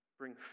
bring